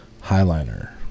highliner